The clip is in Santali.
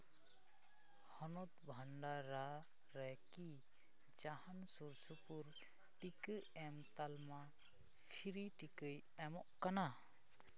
ᱦᱚᱱᱚᱛ ᱵᱷᱟᱱᱰᱟᱨᱟ ᱨᱮ ᱠᱤ ᱡᱟᱦᱟᱱ ᱥᱩᱨᱼᱥᱩᱯᱩᱨ ᱴᱤᱠᱟᱹ ᱮᱢ ᱛᱟᱞᱢᱟ ᱯᱷᱨᱤ ᱴᱤᱠᱟᱹᱭ ᱮᱢᱚᱜ ᱠᱟᱱᱟ